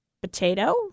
potato